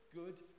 good